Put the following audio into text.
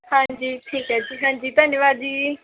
ਹਾਂਜੀ ਠੀਕ ਹੈ ਜੀ ਹਾਂਜੀ ਧੰਨਵਾਦ ਜੀ